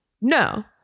no